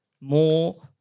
more